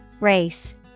Race